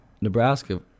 Nebraska